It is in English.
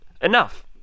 enough